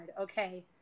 okay